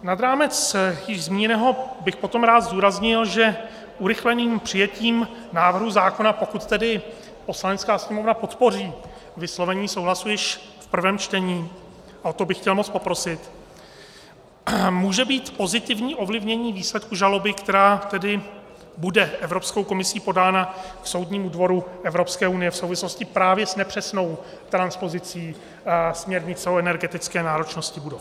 Nad rámec již zmíněného bych potom rád zdůraznil, že urychleným přijetím návrhu zákona pokud tedy Poslanecká sněmovna podpoří vyslovení souhlasu již v prvém čtení, a o to bych chtěl moc poprosit může být pozitivní ovlivnění výsledku žaloby, která tedy bude Evropskou komisí podána k Soudnímu dvoru Evropské unie v souvislosti právě s nepřesnou transpozicí směrnice o energetické náročnosti budov.